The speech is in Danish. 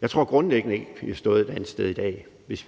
Jeg tror grundlæggende ikke, at vi havde stået et andet sted i dag, hvis